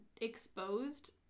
exposed